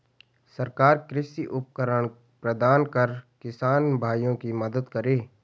सरकार कृषि उपकरण प्रदान कर किसान भाइयों की मदद करें